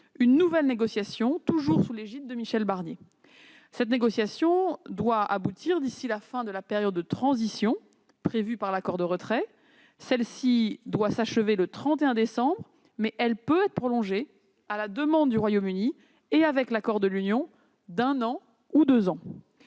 le 2 mars dernier, toujours sous l'égide de Michel Barnier, une nouvelle négociation qui doit aboutir d'ici à la fin de la période de transition prévue par l'accord de retrait. Celle-ci doit s'achever le 31 décembre, mais elle peut être prolongée, à la demande du Royaume-Uni et avec l'accord de l'Union, d'un an ou de deux ans.